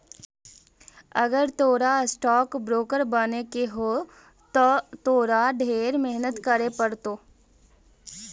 अगर तोरा stock broker बने के हो त तोरा ढेर मेहनत करे पड़तो